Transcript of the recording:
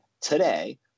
today